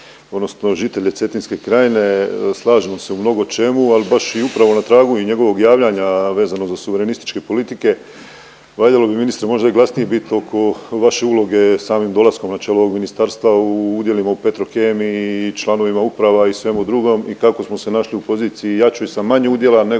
odnosno žitelje Cetinske krajine, slažemo se u mnogočemu, ali baš i upravo na tragu i njegovog javljanja vezano za suverenističke politike valjalo bi ministre možda i glasniji biti oko vaše uloge samim dolaskom na čelo ovog ministarstva u udjelima u Petrokemiji i članovima uprava i svemu drugom i kako smo se našli u poziciji jačoj sa manje udjela nego